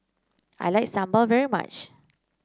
I like Sambar very much